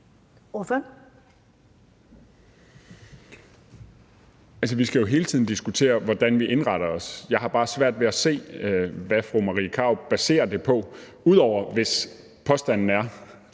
vi skal jo hele tiden diskutere, hvordan vi indretter os. Jeg har bare svært ved at se, hvad fru Marie Krarup baserer det på, ud over hvis påstanden er,